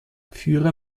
führer